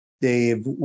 Dave